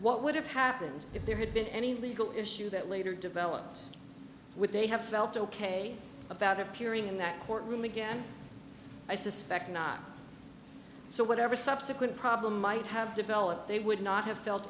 what would have happened if there had been any legal issue that later developed would they have felt ok about appearing in that courtroom again i suspect not so whatever subsequent problem might have developed they would not have felt